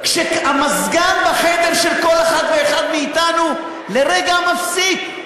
כשהמזגן בחדר של כל אחד ואחד מאתנו לרגע מפסיק,